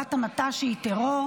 בעבירת המתה שהיא מעשה טרור),